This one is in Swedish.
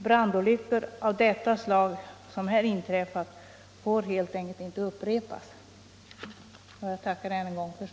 Det slags brandolycka som här har inträffat får helt enkelt inte upprepas.